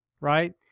right